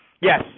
Yes